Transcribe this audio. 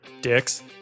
dicks